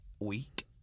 week